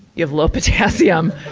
you have low potassium.